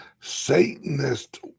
Satanist